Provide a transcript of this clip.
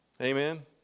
Amen